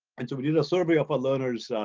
and so we did a survey of our learners.